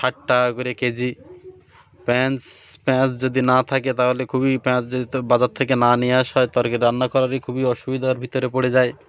ষাট টাকা করে কেজি পেঁয়াজ পেঁয়াজ যদি না থাকে তাহলে খুবই পেঁয়াজ যদি বাজার থেকে না নিয়ে আসা হয় তাহলে তরকারি রান্না করার খুবই অসুবিধার ভিতরে পড়ে যায়